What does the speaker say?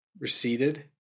receded